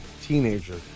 Teenager